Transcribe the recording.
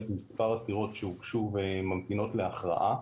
מספר עתירות שהוגשו וממתינות להכרעה.